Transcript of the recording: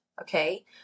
okay